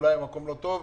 אולי המקום לא טוב.